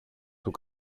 του